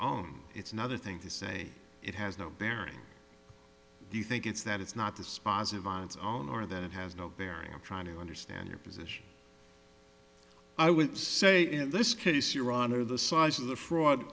own it's another thing to say it has no bearing do you think it's that it's not dispositive on its own or that it has no bearing on trying to understand your position i would say in this case your honor the size of the fraud